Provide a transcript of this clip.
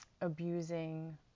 abusing